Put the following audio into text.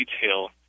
detail